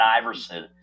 Iverson